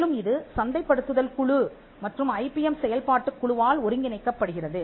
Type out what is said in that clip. மேலும் இது சந்தைப்படுத்துதல் குழு மற்றும் ஐபிஎம் செயல்பாட்டுக் குழுவால் ஒருங்கிணைக்கப்படுகிறது